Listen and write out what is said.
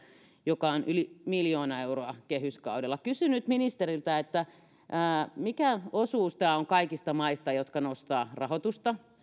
joka on yli miljardi euroa kehyskaudella kysyn nyt ministeriltä mikä osuus kaikista maista nostaa rahoitusta